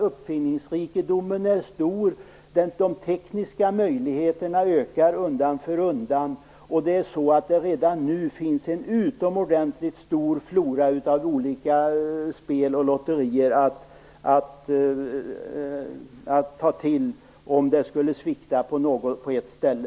Uppfinningsrikedomen är stor, och de tekniska möjligheterna ökar undan för undan. Redan nu finns en utomordentligt stor flora av olika spel och lotterier att ta till om det skulle svikta på ett ställe.